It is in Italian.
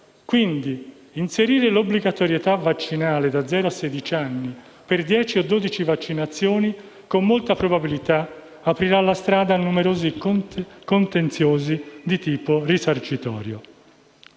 Quindi, inserire l'obbligatorietà vaccinale da zero a sedici anni per 10 o 12 vaccinazioni con molta probabilità aprirà la strada a numerosi contenziosi di tipo risarcitorio.